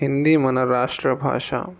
హిందీ మన రాష్ట్ర భాష